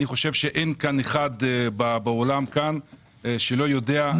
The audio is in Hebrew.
אין חושב שאין אחד באולם כאן שלא יודע על איזה מוצרים מדברים.